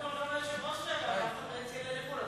גם היושבת-ראש רעבה, אף אחד לא הציע לי לאכול.